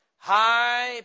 high